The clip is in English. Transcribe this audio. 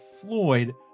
Floyd